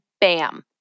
bam